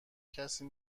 کسی